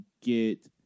get